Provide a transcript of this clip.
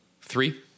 three